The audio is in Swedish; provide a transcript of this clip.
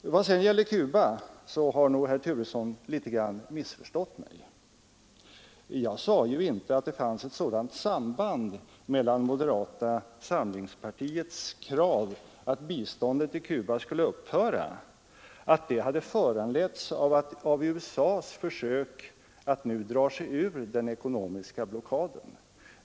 I vad sedan gäller Cuba har herr Turesson nog missförstått mig litet. Jag sade inte att moderata samlingspartiets krav att biståndet till Cuba skall upphöra var föranlett av USA:s försök att nu dra sig ur den ekonomiska blockaden.